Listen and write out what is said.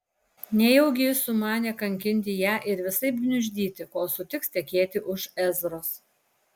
nejaugi jis sumanė kankinti ją ir visaip gniuždyti kol sutiks tekėti už ezros